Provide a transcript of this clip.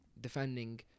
defending